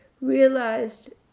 Realized